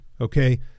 Okay